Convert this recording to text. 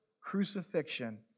crucifixion